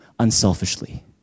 Unselfishly